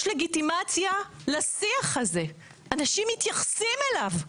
יש לגיטימציה לשיח הזה, אנשים מתייחסים אליו.